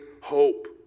hope